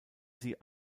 sie